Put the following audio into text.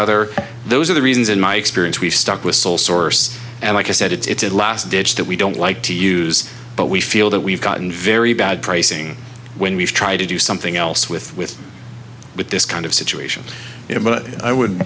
other those are the reasons in my experience we've stuck with sole source and like i said it's a last ditch that we don't like to use but we feel that we've gotten very bad pricing when we've tried to do something else with with with this kind of situation but i would